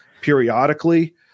periodically